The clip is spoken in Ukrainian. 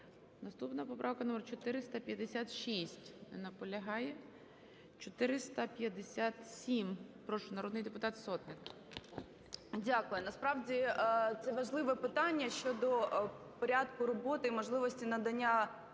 Наступна поправка номер 456. Не наполягає. 457. Прошу, народний депутат Сотник. 11:09:13 СОТНИК О.С. Дякую. Насправді, це важливе питання щодо порядку роботи і можливості надання